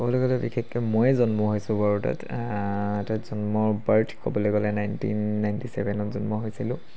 ক'বলৈ গ'লে বিশেষকৈ ময়ে জন্ম হৈছোঁ বাৰু তাত তাত জন্ম বাৰ্থ ক'বলৈ গ'লে নাইণ্টিন নাইণ্টি ছেভেনত জন্ম হৈছিলোঁ